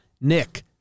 Nick